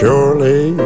Surely